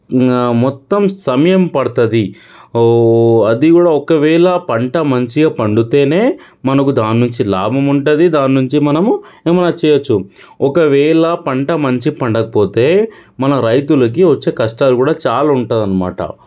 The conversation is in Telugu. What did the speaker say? మొత్తం సమయం పడుతుంది అది కూడా ఒకవేళ పంట మంచిగా పండితేనే మనకు దాన్నుంచి లాభం ఉంటుంది దాని నుంచి మనము ఏమైనా చేయొచ్చు ఒకవేళ పంట మంచి పండకపోతే మన రైతులకి వచ్చే కష్టాలు కూడా చాలా ఉంటుందన్నమాట